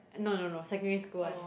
no no no secondary school [one]